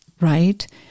right